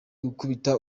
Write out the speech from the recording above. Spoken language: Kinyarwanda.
gukubita